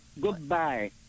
Goodbye